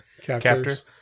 captors